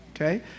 Okay